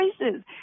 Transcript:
choices